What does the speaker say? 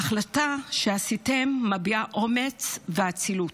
ההחלטה שעשיתם מביעה אומץ ואצילות,